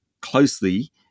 closely